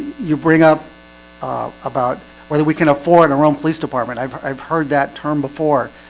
you bring up about whether we can afford our own police department. i've i've heard that term before